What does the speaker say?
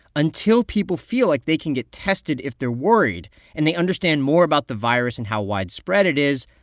until people feel like they can get tested if they're worried and they understand more about the virus and how widespread it is,